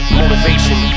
motivation